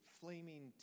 flaming